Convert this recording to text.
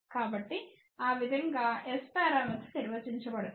కాబట్టి ఆ విధం గా S పారామితులు నిర్వచించబడతాయి